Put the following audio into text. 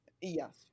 Yes